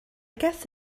guess